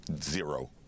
Zero